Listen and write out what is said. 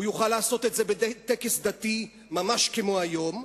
הוא יוכל לעשות את זה בטקס דתי, ממש כמו היום,